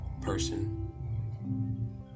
person